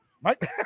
Mike